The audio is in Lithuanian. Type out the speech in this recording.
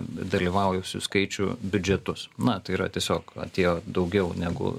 dalyvavusių skaičių biudžetus na tai yra tiesiog atėjo daugiau negu